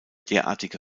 derartige